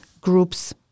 groups